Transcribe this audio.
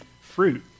fruit